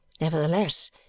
nevertheless